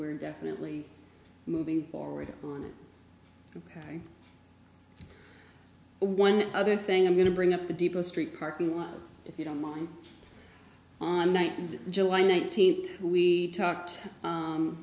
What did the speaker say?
we're definitely moving forward on it ok one other thing i'm going to bring up the depot street parking lot if you don't mind on a night and july nineteenth we talked